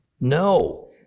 No